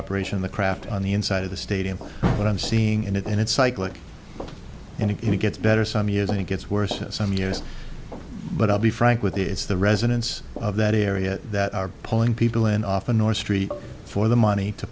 operation the craft on the inside of the stadium but i'm seeing in it and it's cyclic and he gets better some years and it gets worse some years but i'll be frank with the it's the residents of that area that are pulling people and often or street for the money to